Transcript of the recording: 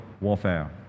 warfare